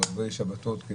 בערבי שבתות,